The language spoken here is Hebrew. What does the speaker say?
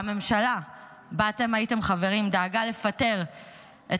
והממשלה שבה אתם הייתם חברים דאגה לפטר את